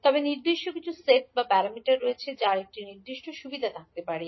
তবে নির্দিষ্ট কিছু সেট বা প্যারামিটার রয়েছে যার একটি নির্দিষ্ট সুবিধা থাকতে পারে